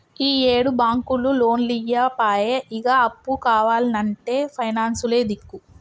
ఈయేడు బాంకులు లోన్లియ్యపాయె, ఇగ అప్పు కావాల్నంటే పైనాన్సులే దిక్కు